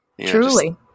Truly